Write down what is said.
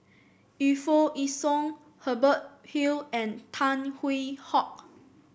Yu Foo Yee Shoon Hubert Hill and Tan Hwee Hock